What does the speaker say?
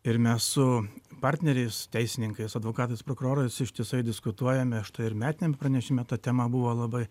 ir mes su partneriais teisininkais advokatais prokurorais ištisai diskutuojame štai ir metiniam pranešime ta tema buvo labai